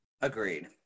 agreed